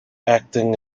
acting